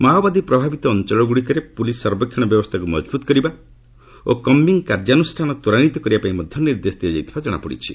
ମାଓବାଦୀ ପ୍ରଭାବିତ ଅଞ୍ଚଳଗୁଡ଼ିକରେ ପୁଲିସ୍ ସର୍ବେକ୍ଷଣ ବ୍ୟବସ୍ଥାକୁ ମଜଭୁତ କରିବା ଓ କମ୍ପିଂ କାର୍ଯ୍ୟାନୁଷ୍ଠାନ ତ୍ୱରାନ୍ୱିତ କରିବା ପାଇଁ ମଧ୍ୟ ନିର୍ଦ୍ଦେଶ ଦିଆଯାଇଥିବା ଜଣାଯାଇଛି